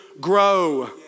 grow